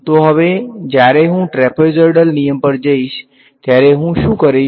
તો હવે જ્યારે હું ટ્રેપેઝોઇડલ નિયમ પર જઈશ ત્યારે હું શું કરીશ